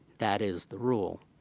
that is the rule.